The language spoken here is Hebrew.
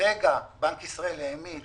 כרגע בנק ישראל העמיד